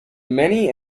many